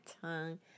tongue